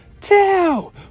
two